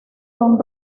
son